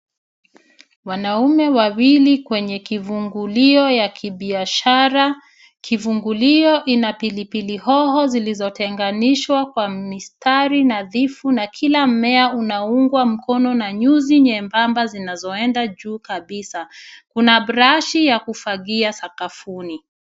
Wanaume wawili kwenye kivungulio ya kibiashara, kivungulio ina pilipili hoho zilizotenganishwa kwa mistari nadhifu na kila mmea unaungwa mkono na nyuzi nyembamba zinazoenda juu kabisa. Kuna brashi ya kufagia sakafuni.